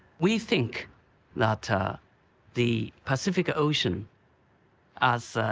we think that ah the pacific ocean as,